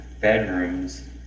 bedrooms